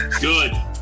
Good